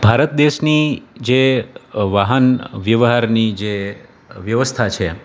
ભારત દેશની જે વાહન વ્યવહારની જે વ્યવસ્થા છે